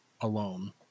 alone